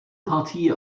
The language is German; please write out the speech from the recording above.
partie